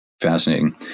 fascinating